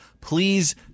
Please